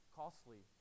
costly